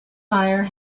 fire